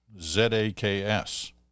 Z-A-K-S